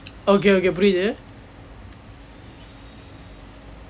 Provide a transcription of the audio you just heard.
okay okay புரியது:puriythu